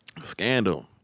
Scandal